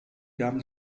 gaben